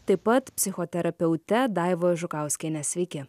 taip pat psichoterapeute daiva žukauskiene sveiki